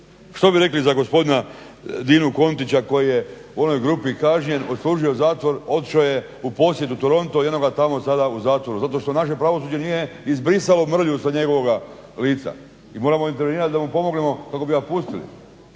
Što bi rekli za gospodina Dinu Kontića koji je u onoj grupi kažnjen, odslužio zatvor otišao je u posjet u Toronto i eno ga tada sada u zatvoru. Zato što naše pravosuđe nije izbrisalo mrlju sa njegovoga lica i moramo intervenirati da mu pomognemo kako bi ga pustili.